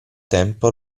tempo